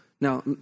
Now